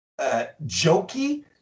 jokey